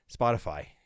Spotify